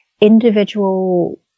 individual